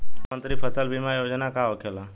प्रधानमंत्री फसल बीमा योजना का होखेला?